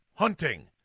Hunting